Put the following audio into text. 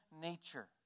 Nature